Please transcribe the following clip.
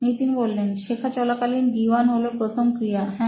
নিতিন শেখা চলাকালীন D1 হলো প্রথম ক্রিয়া হ্যাঁ